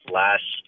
last